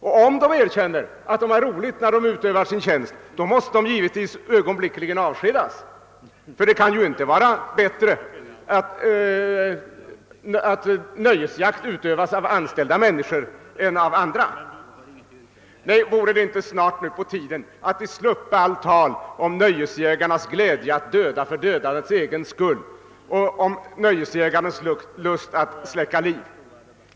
Och om jägarna erkänner att de har roligt under sin jaktutövning, skall de givetvis omedelbart avskedas — ty det kan väl inte vara bättre att nöjesjakt utövas av yrkesmän än av andra? Det vore verkligen snart på tiden att vi sluppe allt tal om nöjesjägarens glädje av att döda för dödandets egen skull och om hans lust att släcka liv.